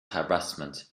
harassment